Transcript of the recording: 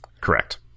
Correct